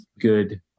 good